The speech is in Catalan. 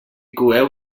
coeu